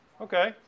Okay